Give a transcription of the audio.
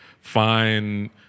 find